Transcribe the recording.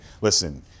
listen